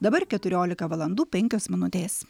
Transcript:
dabar keturiolika valandų penkios minutės